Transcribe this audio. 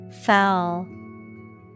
Foul